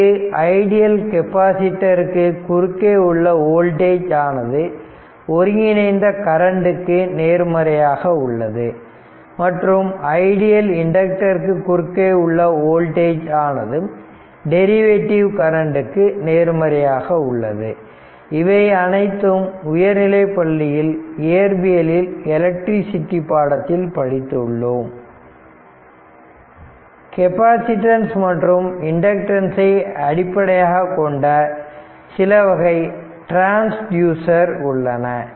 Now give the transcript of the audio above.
இங்கு ஐடியல் கெப்பாசிட்டர்ருக்கு குறுக்கே உள்ள வோல்டேஜ் ஆனது ஒருங்கிணைந்த கரண்ட்க்கு நேர்மறையாக உள்ளது மற்றும் ஐடியல் இண்டக்டருக்கு குறுக்கே உள்ள வோல்டேஜ் ஆனது டெரிவேட்டிவ் கரண்ட்க்கு நேர்மறையாக உள்ளது இவை அனைத்தையும் உயர்நிலைப்பள்ளியில் இயற்பியலில் எலக்ட்ரிசிட்டி பாடத்தில் படித்து உள்ளோம் கெப்பாசிட்டன்ஸ் மற்றும் இண்டக்டன்ஸ் ஐ அடிப்படையாகக் கொண்ட சிலவகை டிரான்ஸ்யூசர் உள்ளன